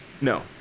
No